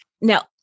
Now